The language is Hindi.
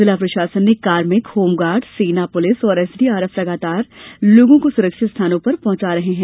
जिला प्रशासन के कार्मिक होमगार्ड सेना पुलिस और एसडीआरएफ लगातार लोगों को सुरक्षित स्थानों पर पहुंचा रहे हैं